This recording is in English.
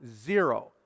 zero